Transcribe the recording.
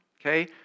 okay